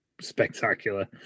spectacular